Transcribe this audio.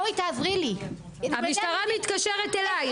בואי תעזרי לי --- המשטרה מתקשרת אלייך.